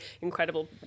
incredible